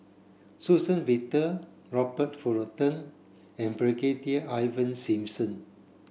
Suzann Victor Robert Fullerton and Brigadier Ivan Simson